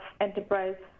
enterprise